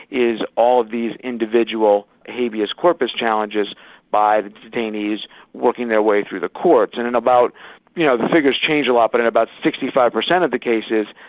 is all these individual habeas corpus challenges by the detainees working their way through the courts, and in about, you know the figures change a lot, but in about sixty five percent of the cases,